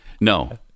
no